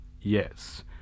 yes